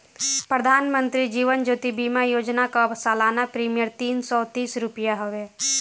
प्रधानमंत्री जीवन ज्योति बीमा योजना कअ सलाना प्रीमियर तीन सौ तीस रुपिया हवे